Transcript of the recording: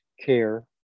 care